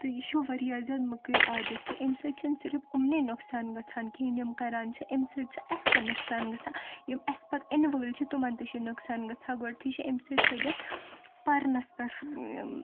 تہٕ یہِ چھُ واریاہ زیادٕ مٔکرۍ عادت تہِ امہِ سۭتۍ چھِنہٕ صرف اُمنٕے نۄقصان گژھان کیٛنہہ یِم کران چھِ امہِ سۭتۍ چھُ اسہِ تہِ نۄقصان گژھان یِم اسہِ پتہٕ اِنہٕ وٲلۍ چھِ تِمن تہِ چھِ یہِ نۄقصان گژھان گۄڈنٮ۪تھٕے چھِ امہِ سۭتۍ أسہِ پرنس پٮ۪ٹھ